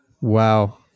Wow